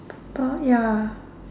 purple ya